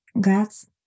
God's